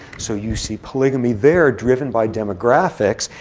so you see polygamy there driven by demographics,